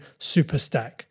Superstack